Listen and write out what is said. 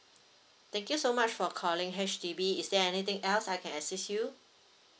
thank you so much for calling H_D_B is there anything else I can assist you